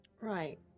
Right